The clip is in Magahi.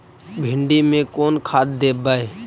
भिंडी में कोन खाद देबै?